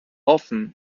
often